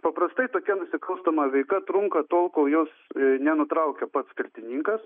paprastai tokia nusikalstama veika trunka tol kol jos nenutraukia pats kaltininkas